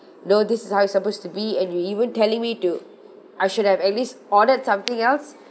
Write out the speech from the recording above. no this is how it's supposed to be and you even telling me to I should have at least ordered something else